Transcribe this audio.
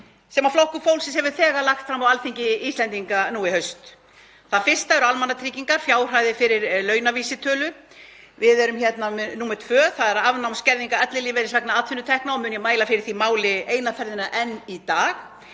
sem Flokkur fólksins hefur þegar lagt fram á Alþingi Íslendinga nú í haust. Það fyrsta eru almannatryggingar, fjárhæðir fyrir launavísitölu. Við erum hérna með afnám skerðinga ellilífeyris vegna atvinnutekna og mun ég mæla fyrir því máli eina ferðina enn í dag.